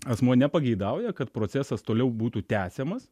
asmuo nepageidauja kad procesas toliau būtų tęsiamas